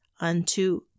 unto